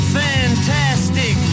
fantastic